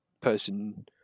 person